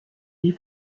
die